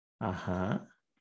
Ajá